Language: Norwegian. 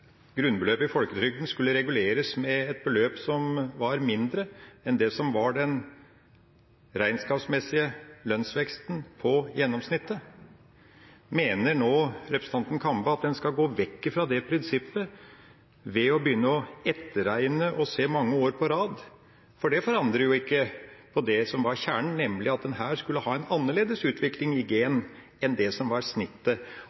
grunnbeløpet i folketrygden skulle reguleres med et beløp som var mindre enn det som var den regnskapsmessige lønnsveksten for gjennomsnittet. Mener nå representanten Kambe at en skal gå vekk fra det prinsippet ved å begynne å etterregne og se mange år på rad? Det forandrer ikke det som var kjernen, nemlig at en skulle ha en annerledes utvikling i G-en enn det som var snittet